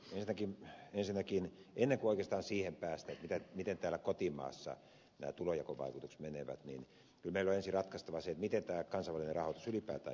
ensinnäkin ennen kuin oikeastaan siihen päästään miten täällä kotimaassa nämä tulonjakovaikutukset menevät kyllä meillä on ensin ratkaistava se miten tämä kansainvälinen rahoitus ylipäätään järjestetään